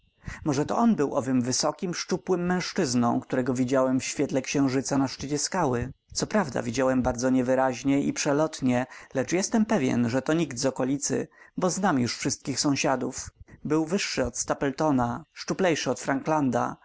może to on był owym wysokim szczupłym mężczyzną którego widziałem w świetle księżyca na szczycie skały co prawda widziałem bardzo niewyraźnie i przelotnie lecz jestem pewien że to nikt z okolicy bo znam już wszystkich sąsiadów był wyższy od stapletona szczuplejszy od